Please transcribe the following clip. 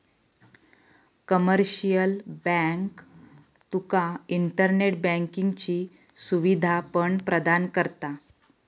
commercial bank तुका internet बँकिंगची सुवीधा पण प्रदान करता